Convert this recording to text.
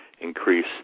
increase